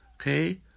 Okay